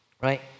Right